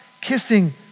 kissing